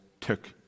took